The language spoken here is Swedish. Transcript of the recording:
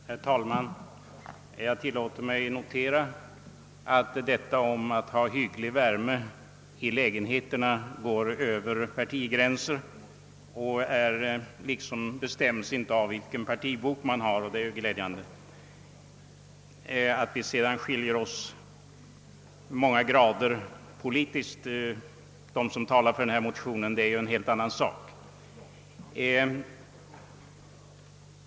Herr talman! Jag tillåter mig notera att önskan att ha hygglig värme i lägenheterna går över partigränserna och inte bestäms av den partibok man har, och det är ju glädjande. Att sedan de som talat för "denna motion skiljer sig många grader politiskt är en helt annan sak.